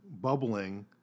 bubbling